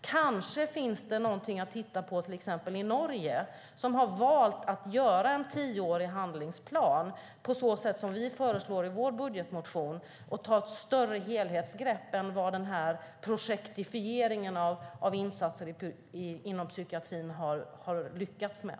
Kanske finns det någonting att titta på i till exempel Norge. Där har man valt att göra en tioårig handlingsplan, på samma sätt som vi föreslår i vår budgetmotion, och tar ett större helhetsgrepp än vad projektifieringen inom psykiatrin har lyckats med.